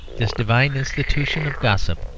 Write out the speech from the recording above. this divine institution of gossip.